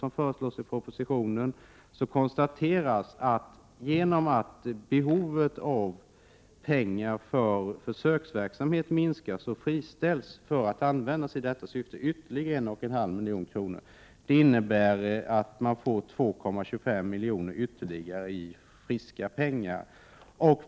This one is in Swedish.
som föreslås i propositionen konstateras att ytterligare 1,5 milj.kr. friställs för att användas i detta syfte genom att behovet av pengar för försöksverksamhet minskar. Det innebär att man får 2,25 miljoner ytterligare i friska pengar.